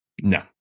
No